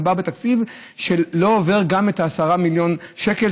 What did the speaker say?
מדובר בתקציב שלא עובר את ה-10 מיליון שקל,